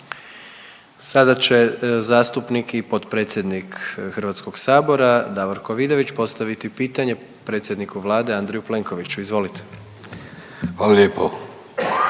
Sada će zastupnik i potpredsjednik Hrvatskog sabora Davorko Vidović postaviti pitanje predsjedniku Vlade Andreju Plenkoviću. Izvolite. **Vidović,